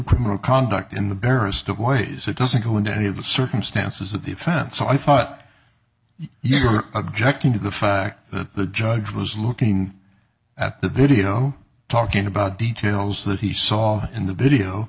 criminal conduct in the barest of ways it doesn't go into any of the circumstances of the offense so i thought you're objecting to the fact that the judge was looking at the video talking about details that he saw in the video